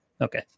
Okay